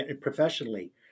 professionally